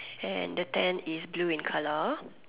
and the tent is blue in colour